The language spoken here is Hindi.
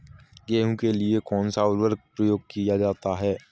गेहूँ के लिए कौनसा उर्वरक प्रयोग किया जाता है?